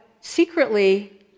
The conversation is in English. secretly